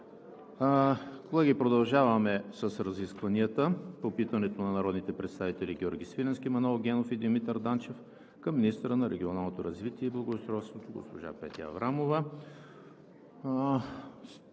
Колеги, продължаваме с разискванията по питането на народните представители Георги Свиленски, Манол Генов и Димитър Данчев към министъра на регионалното развитие и благоустройството госпожа Петя Аврамова.